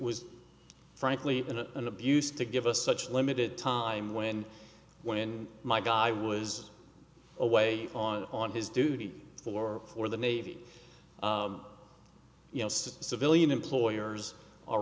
was frankly an abuse to give us such limited time when when my guy was away on on his duty for for the navy you know civilian employers are